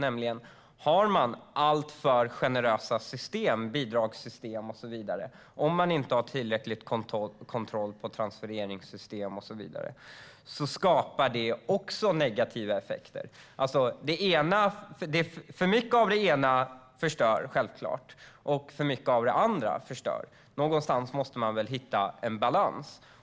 Om man har alltför generösa bidragssystem, om man inte har tillräcklig kontroll på transfereringssystemen, skapar det negativa effekter. För mycket av det ena förstör, och för mycket av det andra förstör. Någonstans måste vi hitta en balans.